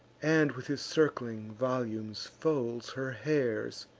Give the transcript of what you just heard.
and with his circling volumes folds her hairs.